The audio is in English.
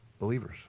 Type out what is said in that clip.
believers